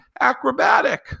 acrobatic